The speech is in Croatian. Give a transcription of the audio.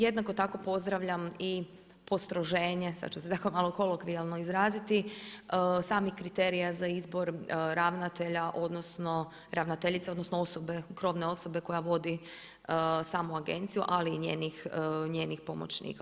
Jednako tako pozdravljam i postroženje, sad ću se tako kolokvijalno izraziti, samih kriterija za izbor ravnatelja, odnosno ravnateljice, odnosno osobe krovne osobe koja vodi samu agenciju ali i njenih pomoćnika.